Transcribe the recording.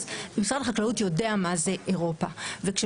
אז משרד החקלאות יודע מה זה אירופה.